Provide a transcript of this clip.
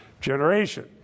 generation